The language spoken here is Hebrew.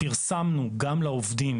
פרסמנו גם לעובדים